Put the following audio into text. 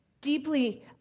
deeply